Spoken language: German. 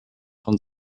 von